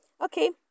Okay